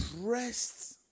pressed